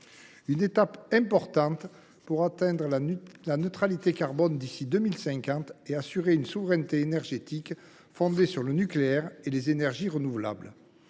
d’une étape importante pour atteindre la neutralité carbone d’ici à 2050 et assurer notre souveraineté énergétique fondée sur le nucléaire et les énergies renouvelables.